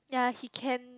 ya he can